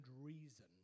Reason